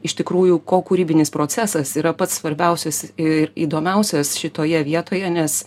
iš tikrųjų kokūrybinis procesas yra pats svarbiausias ir įdomiausias šitoje vietoje nes